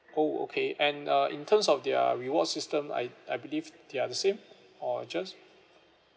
oh okay and uh in terms of their reward system I I believe they're the same or just